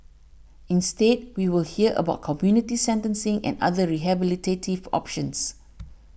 instead we will hear about community sentencing and other rehabilitative options